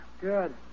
Good